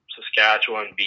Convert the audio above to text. Saskatchewan